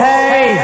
Hey